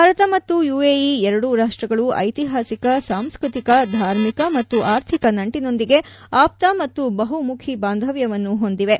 ಭಾರತ ಮತ್ತು ಯುಎಇ ಎರಡೂ ರಾಷ್ಟಗಳು ಐತಿಹಾಸಿಕ ಸಾಂಸ್ಕ್ಯತಿಕ ಧಾರ್ಮಿ ಮತ್ತು ಆರ್ಥಿಕ ನಂಟಿನೊಂದಿಗೆ ಆಪ್ತ ಮತ್ತು ಬಹು ಮುಖಿ ಬಾಂಧವ್ಯವನ್ನು ಹೊಂದಿವೆ